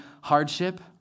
hardship